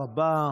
תודה רבה.